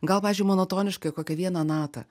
gal pavyzdžiui monotoniškai kokią vieną natą